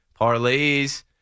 parlays